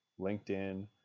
LinkedIn